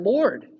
Lord